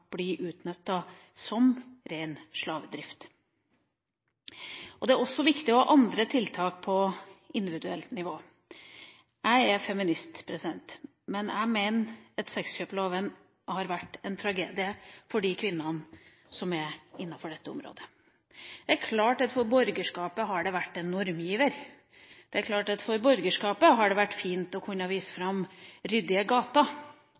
blir utnyttet i ren slavedrift. Det er også viktig å ha andre tiltak på individuelt nivå. Jeg er feminist, men jeg mener at sexkjøploven har vært en tragedie for de kvinnene som er innenfor dette området. Det er klart at for borgerskapet har det vært en normgiver, det er klart at for borgerskapet har det vært fint å kunne vise fram ryddige